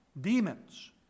demons